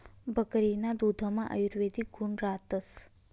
बकरीना दुधमा आयुर्वेदिक गुण रातस